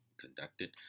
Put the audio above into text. conducted